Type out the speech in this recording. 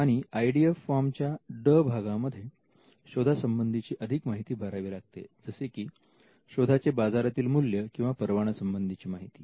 आणि I D F form च्या ड भागामध्ये शोधा संबंधीची अधिक ची माहिती भरावी लागते जसे की शोधाचे बाजारातील मूल्य किंवा परवाना संबंधीची माहिती